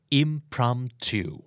impromptu